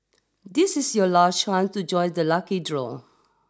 this is your last chance to join the lucky draw